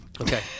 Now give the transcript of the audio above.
Okay